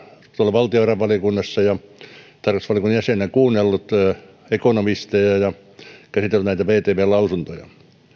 valtiovarainvaliokunnassa ja tarkastusvaliokunnan jäsenenä kuunnellut ekonomisteja ja ja käsitellyt näitä vtvn lausuntoja